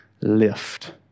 lift